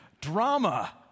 Drama